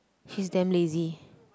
she's damn lazy